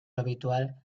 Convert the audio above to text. habitual